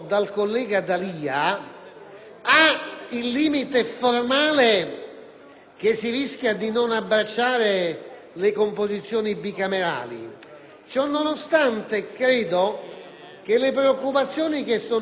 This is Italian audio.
ha il limite formale che si rischia di non abbracciare le Commissioni bicamerali; ciò nonostante, le preoccupazioni che sono state espresse